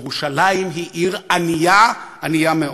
ירושלים היא עיר ענייה, ענייה מאוד.